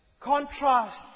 contrasts